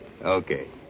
Okay